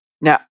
Now